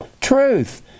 truth